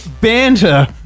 banter